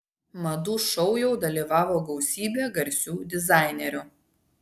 madų šou jau dalyvavo gausybė garsių dizainerių